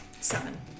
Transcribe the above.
Seven